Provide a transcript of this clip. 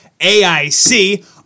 aic